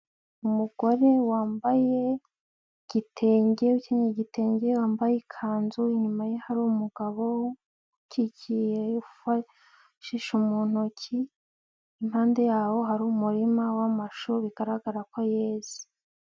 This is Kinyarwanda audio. Umugore wambaye igitenge akenyeye igitenge, wambaye ikanzu, inyuma ye hari umugabo ukukiye ufashe ishu mu ntoki, impande y'aho hari umurima w'amashu bigaragara ko yeze.